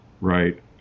right